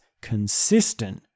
consistent